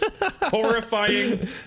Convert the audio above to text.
horrifying